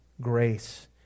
grace